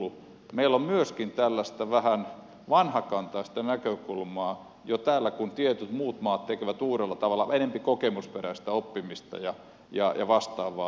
meillä on myöskin tällaista vähän vanhakantaista näkökulmaa täällä kun taas tietyt muut maat tekevät jo uudella tavalla on enempi kokemusperäistä oppimista ja vastaavaa